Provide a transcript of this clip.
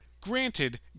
Granted